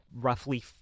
roughly